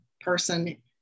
person